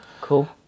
Cool